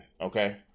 okay